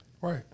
Right